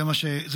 זה מה שקורה.